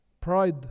Pride